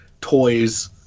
toys